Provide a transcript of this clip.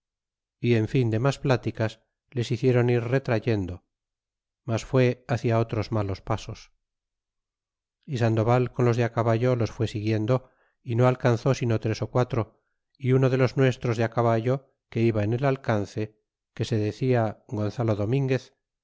y en fin de mas pláticas les hicieron ir retrayendo mas fué hcia otros malos pasos y sandoval con los de caballo los fue siguiendo y no alcanzó sino tres ó quatro y uno de los nuestros de caballo que iba en el alcance que se decia gonzalo